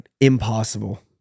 impossible